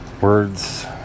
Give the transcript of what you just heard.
words